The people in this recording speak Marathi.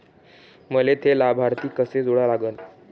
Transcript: मले थे लाभार्थी कसे जोडा लागन?